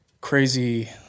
crazy